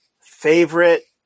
favorite